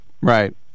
Right